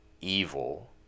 evil